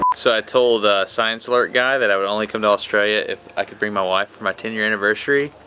so i told the science alert guy that i would only come to australia if i could bring my wife for my ten year anniversary,